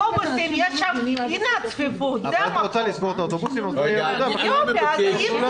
באוטובוסים יש צפיפות --- אז את רוצה לסגור את האוטובוסים?